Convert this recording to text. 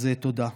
אז תודה.